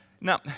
Now